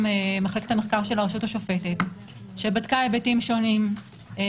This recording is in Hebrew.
מחלקת המחקר של הרשות השופטת שבדקה היבטים שונים,